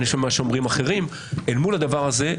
אני שומע שאומרים אחרים אל מול הדבר הזה,